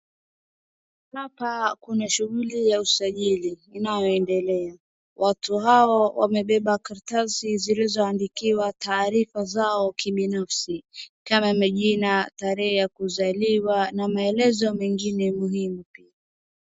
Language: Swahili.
Hapa kuna shughuli ya usajili inayo endelea, watu hao wamebeba karatasi zilizoandikiwa taarifa zao kibinafsi kama majina, tarehe ya kuzaliwa na maelezo mengine muhimu pia.